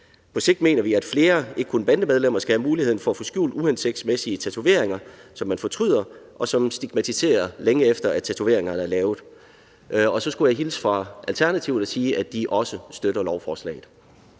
På sigt mener vi at flere – ikke kun bandemedlemmer – skal have mulighed for at kunne få skjult uhensigtsmæssige tatoveringer, som man har fortrudt, og som stigmatiserer, længe efter at tatoveringerne er lavet. Og så skulle jeg hilse fra Alternativet og sige, at de også støtter lovforslaget.